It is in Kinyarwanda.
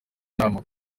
nama